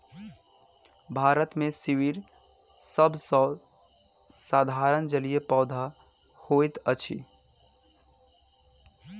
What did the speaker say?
भारत मे सीवर सभ सॅ साधारण जलीय पौधा होइत अछि